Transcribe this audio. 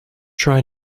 try